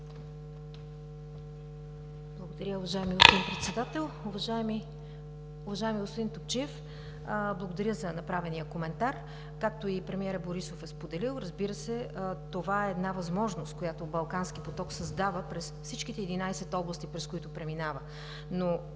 Благодаря, уважаеми господин Председател. Уважаеми господин Топчиев, благодаря за направения коментар. Както и премиерът Борисов е споделил, разбира се, това е една възможност, която Балкански поток създава през всичките 11 области, през които преминава,